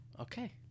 Okay